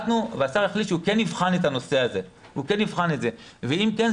השר החליט שהוא כן יבחן את הנושא הזה ואם כן,